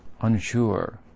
unsure